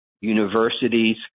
Universities